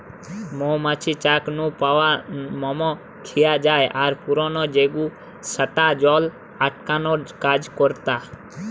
মৌ মাছির চাক নু পাওয়া মম খিয়া জায় আর পুরানা জুগে স্যাটা জল আটকানার কাজ করতা